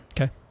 Okay